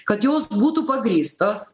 kad jos būtų pagrįstos